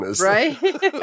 Right